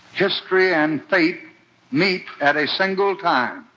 history and fate meet at a single time